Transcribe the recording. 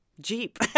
Jeep